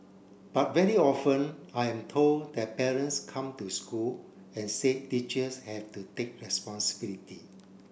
but very often I am told that parents come to school and say teachers have to take responsibility